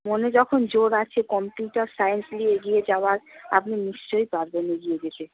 মনে যখন জোর আছে কম্পিউটার সায়েন্স নিয়ে এগিয়ে যাওয়ার আপনি নিশ্চয়ই পারবেন এগিয়ে যেতে